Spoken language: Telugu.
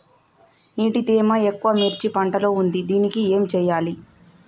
నీటి తేమ ఎక్కువ మిర్చి పంట లో ఉంది దీనికి ఏం చేయాలి?